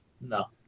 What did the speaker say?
No